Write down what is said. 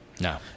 No